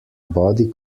body